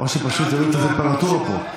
או שפשוט יעלו את הטמפרטורה פה,